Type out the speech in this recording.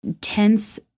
tense